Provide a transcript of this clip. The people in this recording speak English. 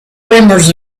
rumors